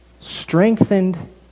Strengthened